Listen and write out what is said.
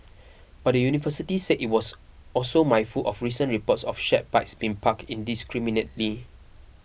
but the university said it was also mindful of recent reports of shared bikes being parked indiscriminately